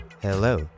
Hello